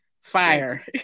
fire